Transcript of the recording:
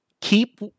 keep